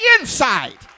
inside